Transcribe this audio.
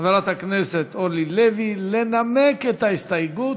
חברת הכנסת אורלי לוי, לנמק את ההסתייגות,